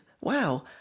wow